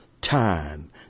time